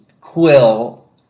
Quill